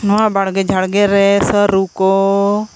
ᱱᱚᱣᱟ ᱵᱟᱲᱜᱮ ᱡᱷᱟᱲᱜᱮ ᱨᱮ ᱥᱟᱹᱨᱩ ᱠᱚ